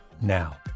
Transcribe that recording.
now